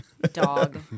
Dog